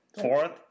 Fourth